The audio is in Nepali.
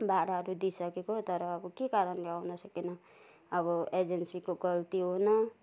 भाराहरू दिइ सकेको तर अब के कारणले आउन सकेन अब एजेन्सीको गल्ती हो न